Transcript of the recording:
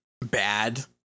bad